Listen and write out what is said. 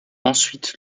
ensuite